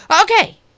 okay